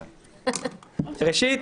ראשית,